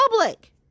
public